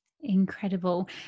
incredible